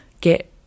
get